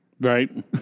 Right